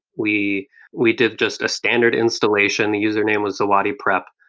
we we did just a standard installation, the username was awadiprep.